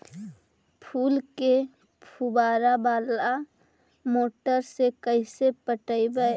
फूल के फुवारा बाला मोटर से कैसे पटइबै?